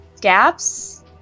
gaps